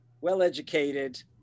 well-educated